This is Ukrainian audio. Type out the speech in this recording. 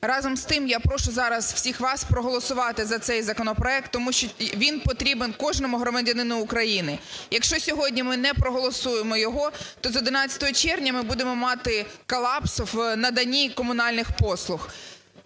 Разом з тим, я прошу зараз всіх вас проголосувати за цей законопроект, тому що він потрібен кожному громадянину України. Якщо сьогодні ми не проголосуємо його, то з 11 червня ми будемо мати колапс в наданні комунальних послуг.